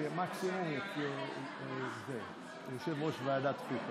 בבקשה, יציג את הצעת החוק חבר ועדת חוץ